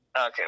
Okay